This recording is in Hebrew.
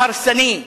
ההרסני,